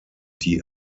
die